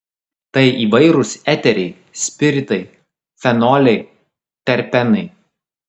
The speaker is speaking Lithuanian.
tai įvairūs eteriai spiritai fenoliai terpenai